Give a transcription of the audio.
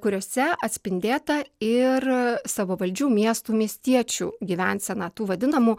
kuriose atspindėta ir savavaldžių miestų miestiečių gyvensena tų vadinamų